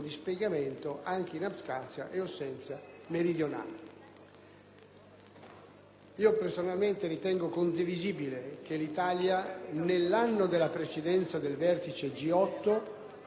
Personalmente ritengo condivisibile che l'Italia, nell'anno della presidenza del vertice G8, confermi il proprio impegno nei vari scenari internazionali di crisi,